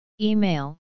Email